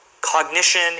Cognition